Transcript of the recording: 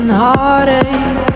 heartache